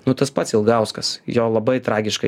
nu tas pats ilgauskas jo labai tragiška